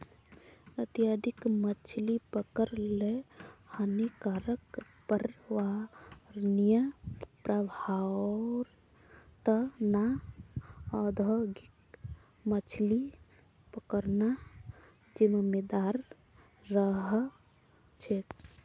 अत्यधिक मछली पकड़ ल हानिकारक पर्यावरणीय प्रभाउर त न औद्योगिक मछली पकड़ना जिम्मेदार रह छेक